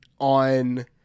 on